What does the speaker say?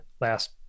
last